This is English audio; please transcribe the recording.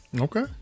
okay